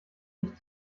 nicht